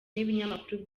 n’ibinyamakuru